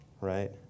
right